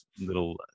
little